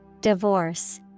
Divorce